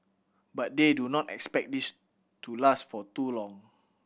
but they do not expect this to last for too long